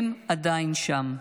הם עדיין שם.